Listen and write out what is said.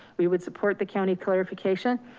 we would support the county clarification.